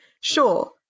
Sure